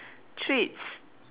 treats